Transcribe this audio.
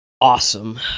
awesome